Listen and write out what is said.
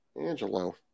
Angelo